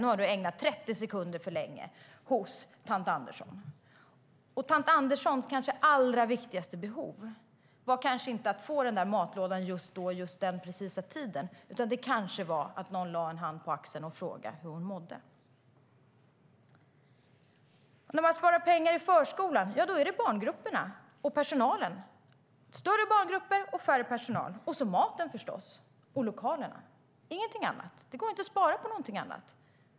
Nu har du ägnat 30 sekunder för länge åt tant Andersson. Tant Anderssons allra viktigaste behov var kanske inte att få den där matlådan just den precisa tiden, utan det var att någon lade en hand på axeln och frågade hur hon mådde. När man sparar pengar i förskolan är det på barngrupperna och personalen - större barngrupper och färre personal. Och så sparar man förstås på maten och lokalerna. Det går inte att spara på någonting annat.